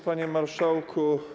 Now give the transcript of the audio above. Panie Marszałku!